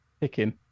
picking